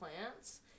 plants